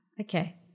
Okay